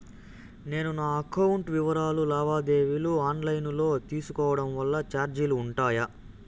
నేను నా అకౌంట్ వివరాలు లావాదేవీలు ఆన్ లైను లో తీసుకోవడం వల్ల చార్జీలు ఉంటాయా?